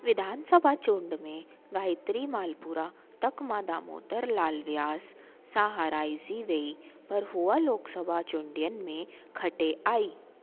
विधानसभा चूंड में गायत्री मालपुरा तक मां दामोदर लाल व्यास सां हाराइजी वेई पर हूअ लोकसभा चूंडियुनि में खटे आई